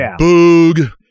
boog